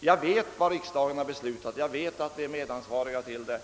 Jag vet vad riksdagen har beslutat och att vi är medansvariga för utvecklingen.